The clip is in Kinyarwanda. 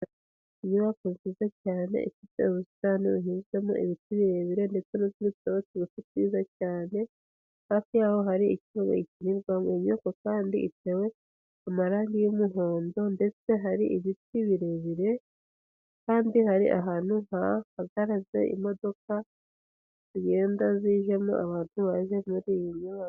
Inyubako nziza cyane ifite ubusitani buhinzemo ibiti birebire ndetse n'utundi turabo tugufi twiza, cyane hafi yaho hari inyubako, iyo nyubako kandi itewe amarangi y'umuhondo ndetse hari ibiti birebire kandi hari ahantu hahagaze imodoka zigenda zijemo abantu baje muri iyi nyubako.